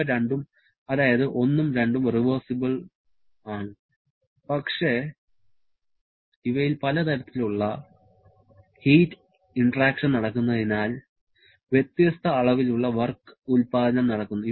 ഇവ രണ്ടും അതായത് 1 ഉം 2 ഉം റിവേഴ്സിബിൾ ആണ് പക്ഷെ ഇവയിൽ പല തരത്തിൽ ഉള്ള ഹീറ്റ് ഇന്ററാക്ഷൻ നടക്കുന്നതിനാൽ വ്യത്യസ്ത അളവിലുള്ള വർക്ക് ഉൽപ്പാദനം നടക്കുന്നു